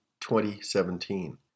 2017